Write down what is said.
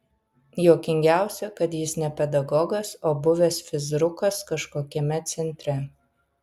juokingiausia kad jis ne pedagogas o buvęs fizrukas kažkokiame centre